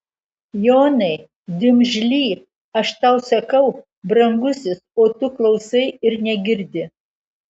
jonai dimžly aš tau sakau brangusis o tu klausai ir negirdi